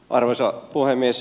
arvoisa puhemies